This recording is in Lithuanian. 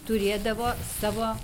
turėdavo savo